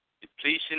depletion